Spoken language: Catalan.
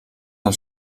del